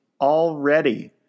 already